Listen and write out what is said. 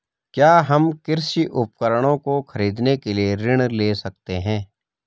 क्या हम कृषि उपकरणों को खरीदने के लिए ऋण ले सकते हैं?